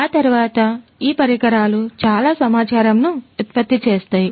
ఆ తరువాత ఈ పరికరాలు చాలా సమాచారమును ఉత్పత్తి చేస్తాయి